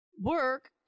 work